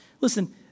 listen